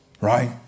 right